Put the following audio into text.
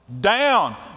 Down